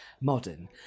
Modern